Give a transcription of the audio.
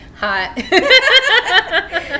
hot